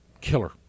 killer